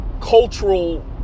cultural